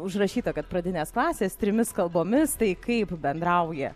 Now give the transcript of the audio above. užrašyta kad pradinės klasės trimis kalbomis tai kaip bendrauja